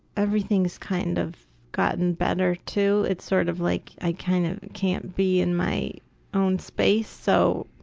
everything's kind of gotten better too, it's sort of like i kind of can't be in my own space so,